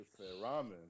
ramen